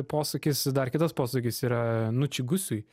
posūkis dar kitas posūkis yra nučigusu